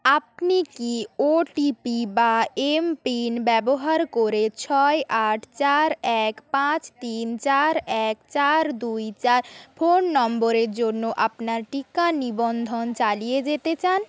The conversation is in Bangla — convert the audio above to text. আপনি কি ওটিপি বা এমপিন ব্যবহার করে ছয় আট চার এক পাঁচ তিন চার এক চার দুই চার ফোন নম্বরের জন্য আপনার টিকা নিবন্ধন চালিয়ে যেতে চান